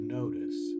notice